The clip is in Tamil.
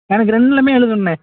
எனக்கு ரெண்டுலேயுமே எழுதணுண்ணே